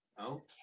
Okay